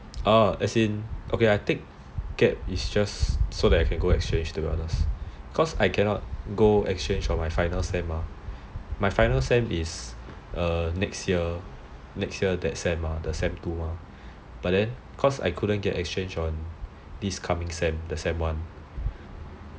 orh as in actually I take gap year is so that I can go exchange to be honest cause I cannot go exchange for my final sem mah my final sem is next year next year that sem the sem two mah but then cause I couldn't get exchange on this coming sem the sem one